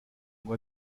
moi